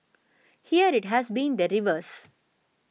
here it has been the reverse